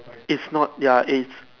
it's not ya it's